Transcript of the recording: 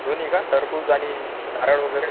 दोन्ही का टरबूज आणि नारळ वगैरे